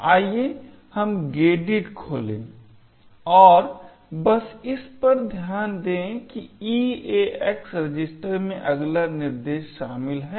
आइए हम Gedit खोलें और बस इस पर ध्यान दें कि EAX रजिस्टर में अगला निर्देश शामिल हैं